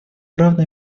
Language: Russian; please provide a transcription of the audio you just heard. равной